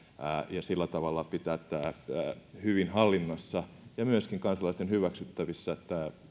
ja sillä tavalla pitää hyvin hallinnassa ja myöskin kansalaisten hyväksyttävissä tämä